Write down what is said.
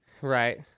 Right